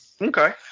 Okay